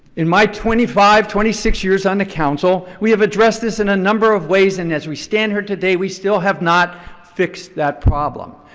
in my twenty five, twenty six years on the council, we have addressed this in a number of ways and as we stand here today, we still have not fixed that problem.